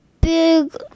big